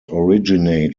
originate